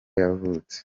yavutse